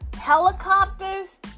Helicopters